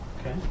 Okay